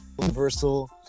universal